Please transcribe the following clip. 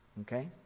Okay